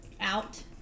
out